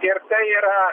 ir tai yra